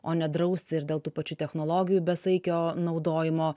o nedrausti ir dėl tų pačių technologijų besaikio naudojimo